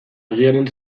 argiaren